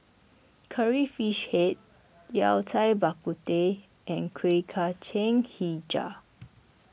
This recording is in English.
Curry Fish Head Yao Cai Bak Kut Teh and Kuih Kacang HiJau